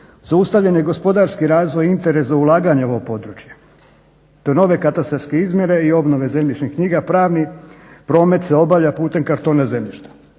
Zaustavljen je gospodarski razvoj, interes za ulaganje u ovo područje do nove katastarske izmjere i obnova zemljišnih knjiga pravni promet se obavlja putem kartona zemljišta